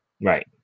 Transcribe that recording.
Right